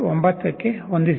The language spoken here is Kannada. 9ಗೆ ಹೊಂದಿಸಿದ್ದೇವೆ